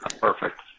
Perfect